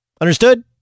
Understood